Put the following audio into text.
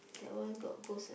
that one got ghost